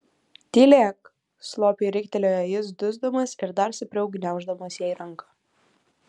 tylėk slopiai riktelėjo jis dusdamas ir dar stipriau gniauždamas jai ranką